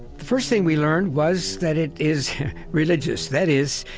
first thing we learned was that it is religious. that is,